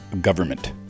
government